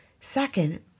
Second